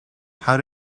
how